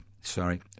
Sorry